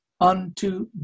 unto